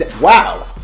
wow